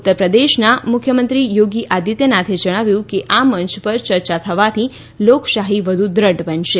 ઉત્તરપ્રદેશના મુખ્યમંત્રી યોગી આદિત્યનાથે જણાવ્યું કે આ મંચ પર ચર્ચા થવાથી લોકશાહી વધુ દ્રઢ બનશે